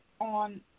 on